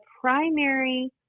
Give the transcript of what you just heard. primary